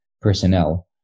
personnel